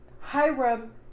Hiram